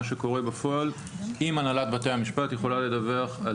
שקורה בפועל אם הנהלת בתי המשפט יכולה לדווח.